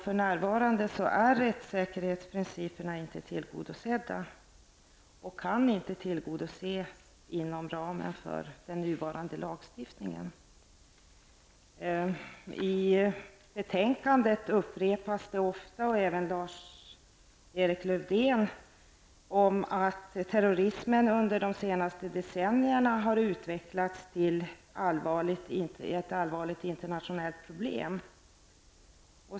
För närvarande är kraven på rättssäkerhet inte tillgodosedda, och kan inte tillgodoses inom ramen för den nuvarande lagstiftningen. I betänkandet upprepas det ofta -- även Lars-Erik Lövdén gjorde det -- att terrorismen under de senaste decennierna utvecklats till ett allvarligt internationellt problem.